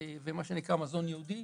ומה שנקרא "מזון ייעודי".